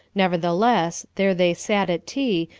nevertheless, there they sat at tea,